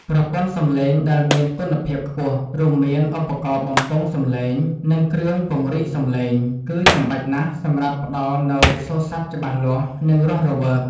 ប្រព័ន្ធសំឡេង ដែលមានគុណភាពខ្ពស់ រួមមានឧបករណ៍បំពងសំឡេង និងគ្រឿងពង្រីកសំឡេង គឺចាំបាច់ណាស់សម្រាប់ផ្ដល់នូវសូរស័ព្ទច្បាស់លាស់ និងរស់រវើក។